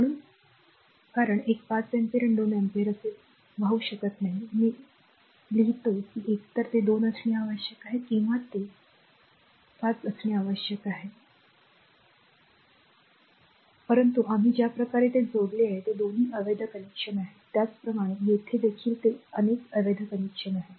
म्हणून कारण एक 5 अँपिअर 2 अँपिअर असे वाहू शकत नाही मी लिहितो की एकतर ते 2 असणे आवश्यक आहे किंवा ते r असणे आवश्यक आहे जे या 5 ला कॉल करते परंतु आम्ही ज्या प्रकारे ते जोडले आहे ते दोन्ही अवैध कनेक्शन आहे त्याचप्रमाणे येथे देखील ते अवैध कनेक्शन आहे